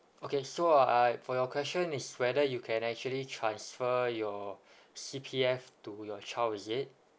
okay so uh uh for your question is whether you can actually transfer your C_P_F to your child is it